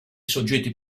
soggetti